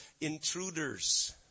intruders